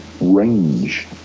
range